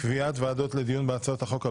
קביעת ועדות לדיון בהצעות החוק הבאות: